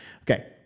Okay